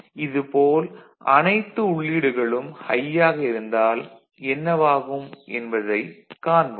இது போல் அனைத்து உள்ளீடுகளும் ஹை யாக இருந்தால் என்னவாகும் என்பதைக் காண்போம்